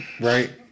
right